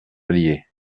allier